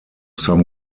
some